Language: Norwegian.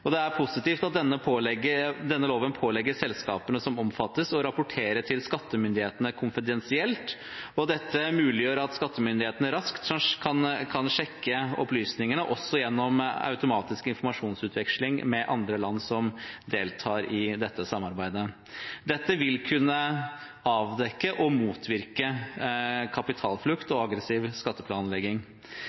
og det er positivt at denne loven pålegger selskapene som omfattes, å rapportere til skattemyndighetene konfidensielt. Dette muliggjør at skattemyndighetene raskt kan sjekke opplysningene også gjennom automatisk informasjonsutveksling med andre land som deltar i dette samarbeidet, noe som vil kunne avdekke og motvirke kapitalflukt og aggressiv skatteplanlegging.